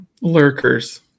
lurkers